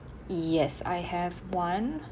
yes I have one